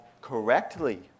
correctly